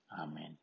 Amen